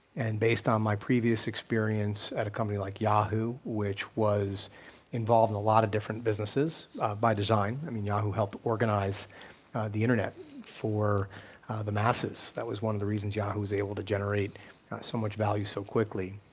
and based on my previous experience at a company like yahoo, which was involved in a lot of different businesses by design, i mean yahoo helped organize the internet for the masses. that was one of the reasons yahoo was able to generate so much value so quickly,